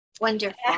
Wonderful